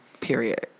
Period